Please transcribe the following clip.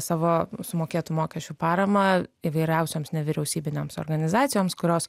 savo sumokėtų mokesčių paramą įvairiausioms nevyriausybinėms organizacijoms kurios